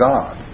God